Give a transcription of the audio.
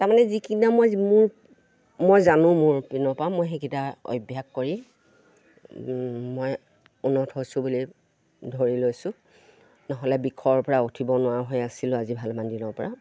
তাৰমানে যি কিনা মই মোৰ মই জানো মোৰ পিনৰ পৰা মই সেইকিটা অভ্যাস কৰি মই উন্নত হৈছোঁ বুলি ধৰি লৈছোঁ নহ'লে বিষৰ পৰা উঠিব নোৱাৰা হৈ আছিলোঁ আজি ভালেমান দিনৰ পৰা